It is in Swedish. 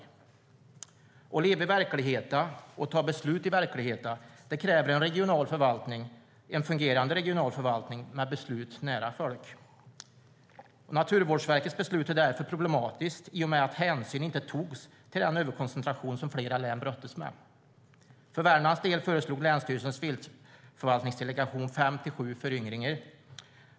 Att leva i verkligheten och att ta beslut i verkligheten kräver en fungerande regional förvaltning med beslut nära folk. Naturvårdsverkets beslut är därför problematiskt i och med att hänsyn inte togs till den överkoncentration som flera län brottas med. För Värmlands del föreslog länsstyrelsens viltförvaltningsdelegation fem till sju föryngringar.